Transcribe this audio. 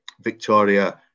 Victoria